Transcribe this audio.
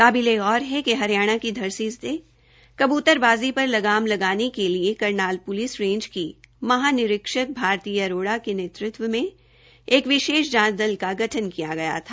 काबिले गौर है कि हरियाणा की घरती से कबतूरबाज़ी पर लगाम लगाने के लिए करनाल पुलिस रेज़ की महानिरीक्षक भारती अरोड़ा के नेतृत्व में एक विशेष जांच दल का गठन किया गया था